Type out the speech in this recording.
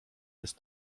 jest